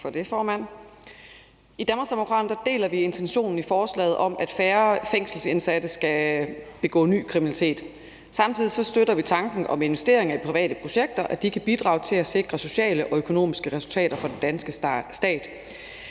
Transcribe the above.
deler vi intentionen i forslaget om, at færre fængselsindsatte skal begå ny kriminalitet. Samtidig støtter vi tanken om, at investeringer i private projekter kan bidrage til at sikre sociale og økonomiske resultater for den danske stat.